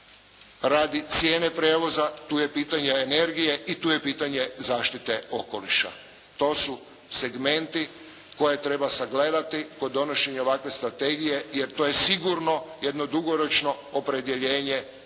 radi cijene prijevoza. Tu je pitanje energije i tu je pitanje zaštite okoliša. To su segmenti koje treba sagledati kod donošenja ovakve strategije jer to je sigurno jedno dugoročno opredjeljenje ide